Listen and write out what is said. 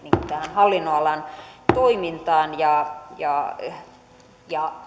hallinnonalan toimintaan ja ja